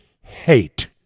hate